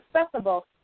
accessible